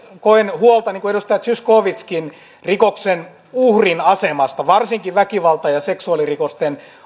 koen huolta niin kuin edustaja zyskowiczkin rikoksen uhrin asemasta varsinkaan väkivalta ja seksuaalirikosten